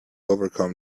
overcome